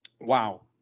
Wow